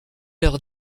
leur